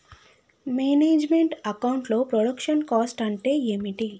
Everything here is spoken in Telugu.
మేనేజ్ మెంట్ అకౌంట్ లో ప్రొడక్షన్ కాస్ట్ అంటే ఏమిటి?